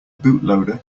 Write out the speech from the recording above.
bootloader